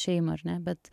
šeimą ar ne bet